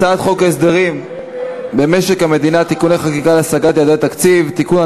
הצעת חוק הסדרים במשק המדינה (תיקוני חקיקה להשגת יעדי התקציב) (תיקון,